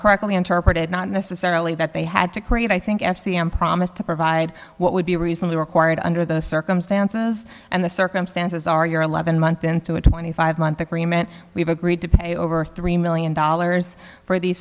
correctly interpreted not necessarily that they had to crave i think actually am promised to provide what would be reasonably required under the circumstances and the circumstances are your eleven month into a twenty five month agreement we've agreed to pay over three million dollars for these